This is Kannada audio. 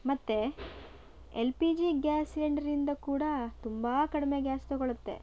ಮತ್ತೆ ಎಲ್ ಪಿ ಜಿ ಗ್ಯಾಸ್ ಸಿಲಿಂಡರಿಂದ ಕೂಡ ತುಂಬ ಕಡಿಮೆ ಗ್ಯಾಸ್ ತಗೊಳತ್ತೆ